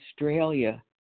Australia